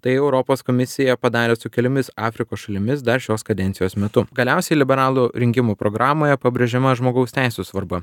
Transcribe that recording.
tai europos komisija padarė su keliomis afrikos šalimis dar šios kadencijos metu galiausiai liberalų rinkimų programoje pabrėžiama žmogaus teisių svarba